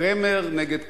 קרמר נגד קרמר,